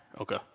Okay